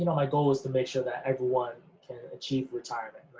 you know my goal is to make sure that everyone can achieve retirement, right,